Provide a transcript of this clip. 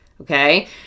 okay